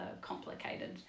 complicated